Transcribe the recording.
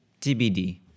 TBD